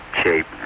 shape